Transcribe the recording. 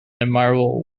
admirable